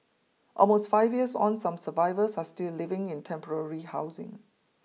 almost five years on some survivors are still living in temporary housing